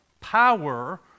power